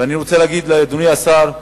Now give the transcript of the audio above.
ואני רוצה להגיד לאדוני השר,